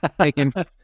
taking